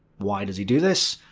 why does he do this?